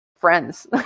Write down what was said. friends